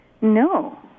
No